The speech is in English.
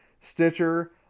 Stitcher